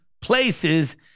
places